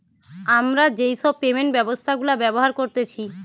আমরা যেই সব পেমেন্ট ব্যবস্থা গুলা ব্যবহার করতেছি